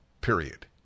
Period